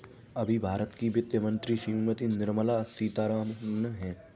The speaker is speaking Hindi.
अभी भारत की वित्त मंत्री श्रीमती निर्मला सीथारमन हैं